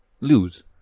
lose